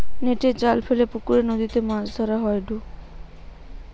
নেটের জাল ফেলে পুকরে, নদীতে মাছ ধরা হয়ঢু